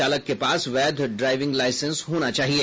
चालक के पास वैध ड्राइविंग लाइसेंस होना चाहिए